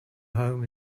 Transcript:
home